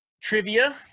Trivia